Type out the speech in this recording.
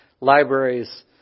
libraries